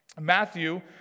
Matthew